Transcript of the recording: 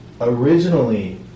originally